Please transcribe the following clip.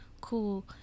cool